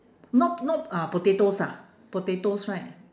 not not uh potatoes ah potatoes right